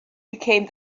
became